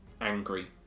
angry